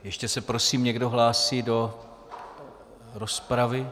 Ještě se prosím někdo hlásí do rozpravy?